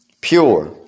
Pure